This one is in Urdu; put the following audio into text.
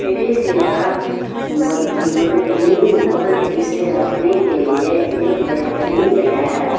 فریز یا بولیٹن بورڈ اسے رکھنے کے لیے ایک بہترین جگہ ہے